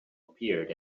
appeared